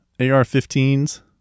AR-15s